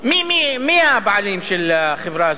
מי הבעלים של החברה הזאת?